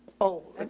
oh,